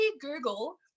Google